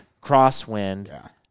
crosswind